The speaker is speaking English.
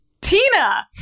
Tina